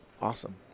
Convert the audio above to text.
awesome